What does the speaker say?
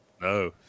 no